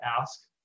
ask